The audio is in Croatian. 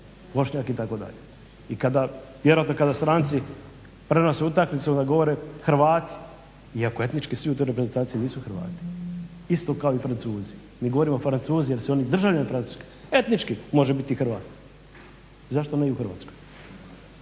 Bošnjak itd. I kada vjerojatno kada stranici prenose utakmicu kada govore onda govore Hrvati iako etnički svi u toj reprezentaciji nisu Hrvati isto kao i Francuzi. Mi govorimo Francuzi jer su oni državljani Francuski, etnički može biti Hrvat, zašto ne i u Hrvatskoj.